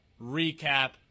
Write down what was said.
recap